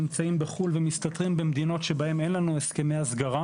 נמצאים בחו"ל ומסתתרים במדינות בהם אין לנו הסכמי הסגרה.